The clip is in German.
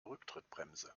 rücktrittbremse